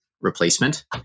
replacement